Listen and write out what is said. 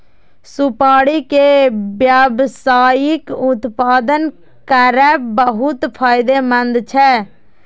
सुपारी के व्यावसायिक उत्पादन करब बहुत फायदेमंद छै